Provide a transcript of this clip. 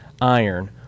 iron